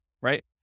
right